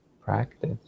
practice